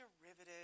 derivative